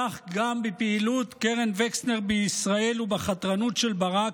כך גם בפעילות קרן וקסלר בישראל ובחתרנות של ברק,